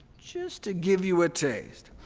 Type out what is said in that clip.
just to give you a taste,